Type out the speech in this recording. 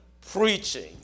preaching